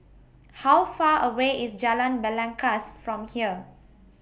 How Far away IS Jalan Belangkas from here